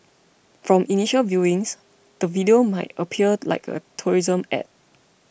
from initial viewings the video might appear like a tourism ad